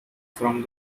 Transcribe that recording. from